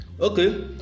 Okay